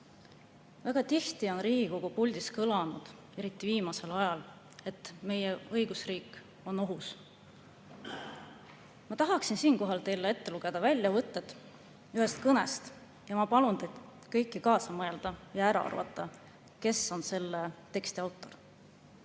Väga tihti on Riigikogu puldis kõlanud, eriti viimasel ajal, et meie õigusriik on ohus. Tahan teile ette lugeda väljavõtteid ühest kõnest. Ma palun kõigil kaasa mõelda ja ära arvata, kes on selle teksti autor.